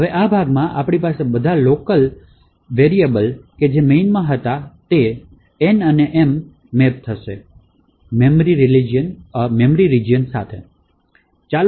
હવે આ ભાગમાં આપડી પાસે બધા લોકલ કે જે મેઇન માં હતા એ N અને M મેપ થશે મેમરી રિજિયન સાથે